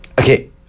Okay